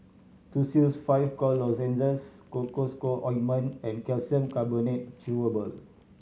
Tussils Five Cough Lozenges Cocois Co Ointment and Calcium Carbonate Chewable